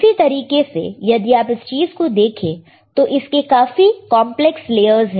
उसी तरीके से यदि आप इस चीज को देखें तो इसके काफी कॉन्प्लेक्स लेयर्स है